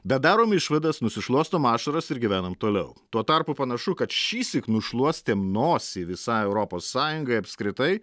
bet darom išvadas nusišluostom ašaras ir gyvenam toliau tuo tarpu panašu kad šįsyk nušluostėm nosį visai europos sąjungai apskritai